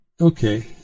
Okay